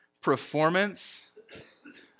performance